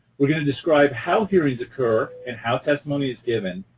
we're going to describe how hearings occur and how testimony is given,